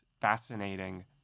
fascinating